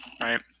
Right